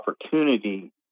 opportunity